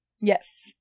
Yes